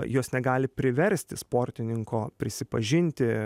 jos negali priversti sportininko prisipažinti